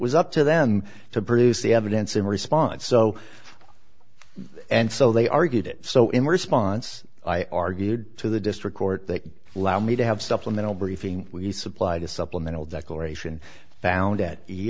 was up to them to produce the evidence in response so and so they argued it so in response i argued to the district court that allowed me to have supplemental briefing we supplied a supplemental declaration found that